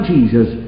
Jesus